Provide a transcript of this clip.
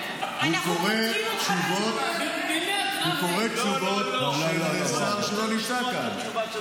הוא קורא תשובות של שר שלא נמצא כאן.